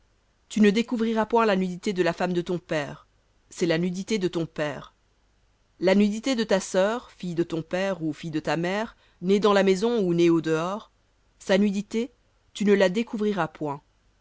tu ne découvriras point la nudité de la femme de ton père c'est la nudité de ton père la nudité de ta sœur fille de ton père ou fille de ta mère née dans la maison ou née au dehors sa nudité tu ne la découvriras point